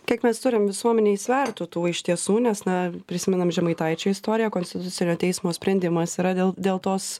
kiek mes turim visuomenėj svertų tų iš tiesų nes na prisimenam žemaitaičio istoriją konstitucinio teismo sprendimas yra dėl dėl tos